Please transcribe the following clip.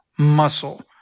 Muscle